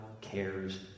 cares